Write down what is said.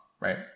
Right